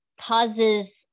causes